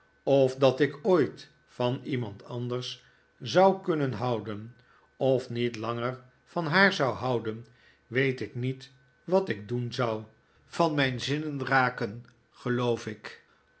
of dat ik ooit van iemand anders zou kunnen houden of niet langer van haar zou houden weet ik niet wat ik doen zou van mijn zinnen raken geloof ik